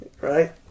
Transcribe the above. right